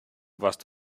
warst